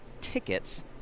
tickets